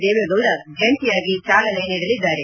ದೇವೇಗೌಡ ಜಂಟಿಯಾಗಿ ಚಾಲನೆ ನೀಡಲಿದ್ದಾರೆ